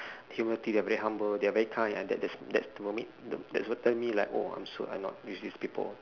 human to you they are very humble they are very kind and that that that's for me that's what tell me like oh I'm so annoyed with these people